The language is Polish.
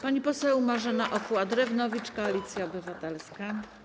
Pani poseł Marzena Okła-Drewnowicz, Koalicja Obywatelska.